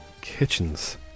Kitchens